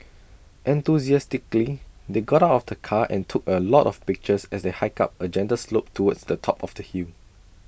enthusiastically they got out of the car and took A lot of pictures as they hiked up A gentle slope towards the top of the hill